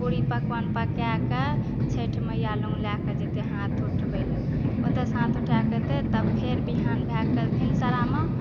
पूरी पकवान पकाए कऽ छठि मैया लग जेतै हाथ उठवै लऽ ओतएसँ हाथ उठा कऽ एतै तब फेर विहान भए कऽ भिन्सरामे